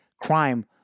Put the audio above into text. Crime